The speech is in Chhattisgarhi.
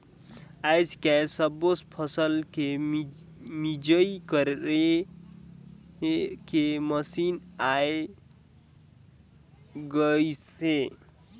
आयज कायल सब्बो फसल के मिंजई करे के मसीन आये गइसे